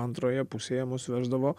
antroje pusėje mus veždavo